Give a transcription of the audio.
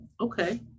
Okay